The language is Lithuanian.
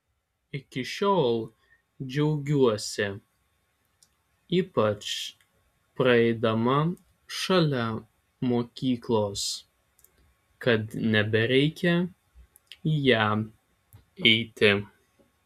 iki šiol džiaugiuosi ypač praeidama šalia mokyklos kad nebereikia į ją eiti